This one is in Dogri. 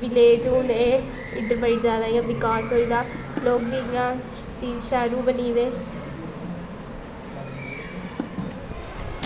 विलेज हून एह् इद्धर बड़ी जैदा इ'यां बिकास होई दा लोग बी इ'यां सी शैह्रू बनी दे